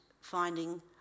finding